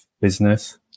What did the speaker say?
business